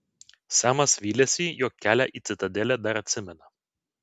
semas vylėsi jog kelią į citadelę dar atsimena